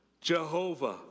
Jehovah